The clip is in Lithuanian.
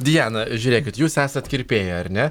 diana žiūrėkit jūs esat kirpėja ar ne